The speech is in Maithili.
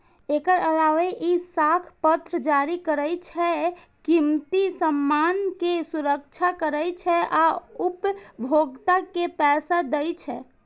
एकर अलावे ई साख पत्र जारी करै छै, कीमती सामान के सुरक्षा करै छै आ उपभोक्ता के पैसा दै छै